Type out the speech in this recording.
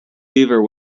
beaver